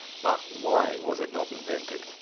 but why was it not invented?